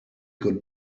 good